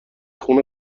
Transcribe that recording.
خونه